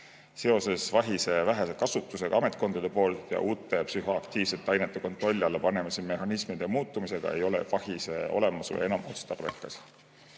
Seoses VAHIS‑e vähese kasutusega ametkondade poolt ja uute psühhoaktiivsete ainete kontrolli alla panemise mehhanismide muutumisega ei ole VAHIS‑e olemasolu enam otstarbekas.